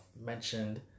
mentioned